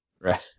Right